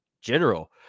general